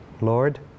Lord